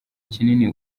kinini